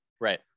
Right